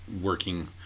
working